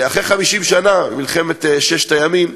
אחרי 50 שנה, מלחמת ששת הימים,